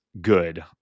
good